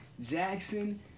Jackson